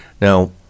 now